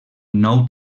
nou